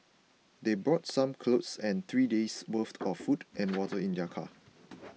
they brought some clothes and three days' worth of food and water in their car